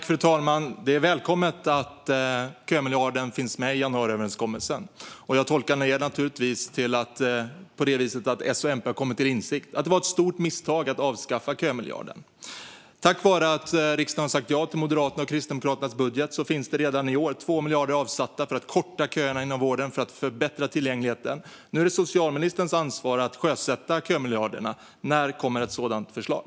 Fru talman! Det är välkommet att kömiljarden finns med i januariöverenskommelsen. Jag tolkar det naturligtvis som att S och MP har kommit till insikt om att det var ett stort misstag att avskaffa kömiljarden. Tack vare att riksdagen sagt ja till Moderaternas och Kristdemokraternas budget finns det redan i år 2 miljarder avsatta för att korta köerna inom vården och förbättra tillgängligheten. Nu är det socialministerns ansvar att sjösätta kömiljarderna. När kommer ett sådant förslag?